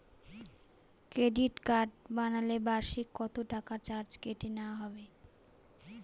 Credit card বানালে বার্ষিক কত টাকা চার্জ কেটে নেওয়া হবে?